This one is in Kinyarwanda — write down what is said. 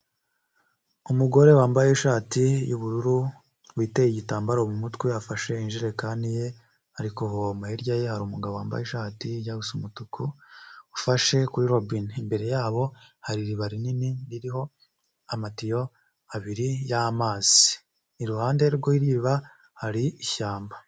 Umugore wambaye ishati y'ubururu witeye igitambaro mu mutwe afashe ijerekani ye ari kuvoma, hirya ye hari umugabo wambaye ishati ijya gusa umutuku ufashe kuri robine, imbere yabo hari iriba rinini ririho amatiyo abiri y'amazi iruhande rw'iriba hari ishyamba.